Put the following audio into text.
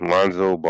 Lonzo